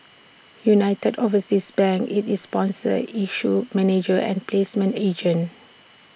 united overseas bank IT is sponsor issue manager and placement agent